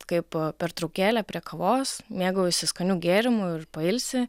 kaip pertraukėlė prie kavos mėgaujasi skaniu gėrimu ir pailsi